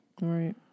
Right